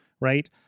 right